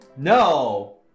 No